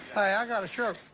i got a shirt.